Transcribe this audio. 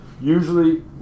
usually